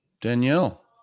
Danielle